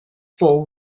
full